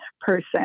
person